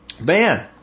man